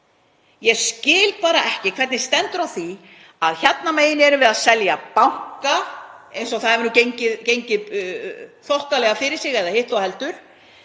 Ég skil ekki hvernig stendur á því. Hérna megin erum við að selja banka eins og það hefur gengið þokkalega fyrir sig eða hitt þó heldur,